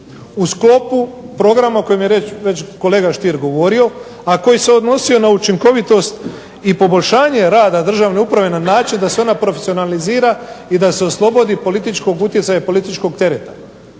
U sklopu programa o kojem je riječ je već kolega Stier govorio, a koji se odnosio na učinkovitost i poboljšanje rada državne uprave na način da se ona profesionalizira i da s oslobodi političkog utjecaja i političkog tereta.